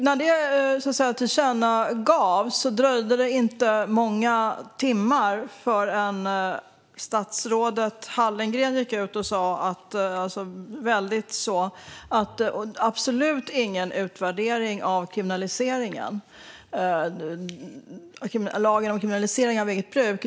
När det tillkännagavs dröjde det inte många timmar förrän statsrådet Hallengren gick ut och sa att det absolut inte var aktuellt att göra någon utvärdering av lagen om kriminalisering av eget bruk.